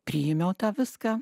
priėmiau tą viską